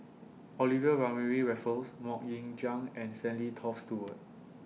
Olivia Mariamne Raffles Mok Ying Jang and Stanley Toft Stewart